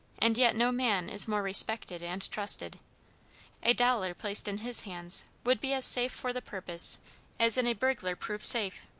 and yet no man is more respected and trusted a dollar placed in his hands would be as safe for the purpose as in a burglar-proof safe,